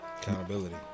Accountability